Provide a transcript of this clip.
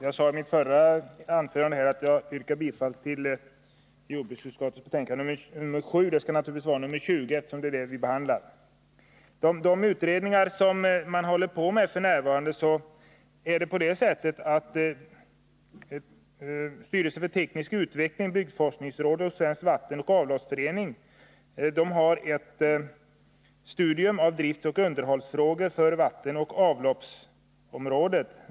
Herr talman! Beträffande de utredningar som f. n. pågår förhåller det sig så, att styrelsen för teknisk utveckling, byggforskningsrådet och Svenska vatteno. avloppsverksföreningen studerar driftoch underhållsfrågor på vattenoch avloppsområdet.